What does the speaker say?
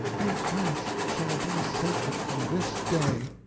the ass shall be sacred from this day!